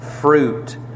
fruit